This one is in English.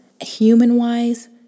Human-wise